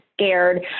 scared